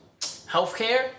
healthcare